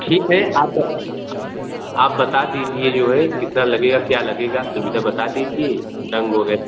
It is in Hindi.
ठीक है आप आप आप बता दीजिए जो है कितना लगेगा क्या लगेगा सुविधा बता दीजिए रंग